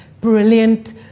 brilliant